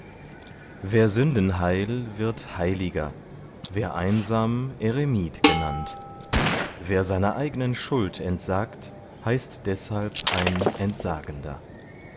wer sündenheil wird heiliger wer einsam eremit genannt wer seiner eignen schuld entsagt heißt deshalb ein entsagender